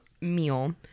meal